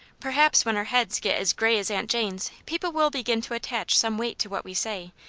perhaps, when our heads get as grey as aunt jane's, people will begin to attach some weight to what we say,